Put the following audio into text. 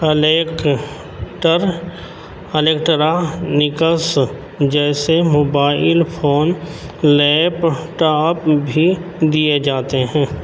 electronics electronics جیسے mobile phone laptop بھی دیے جاتے ہیں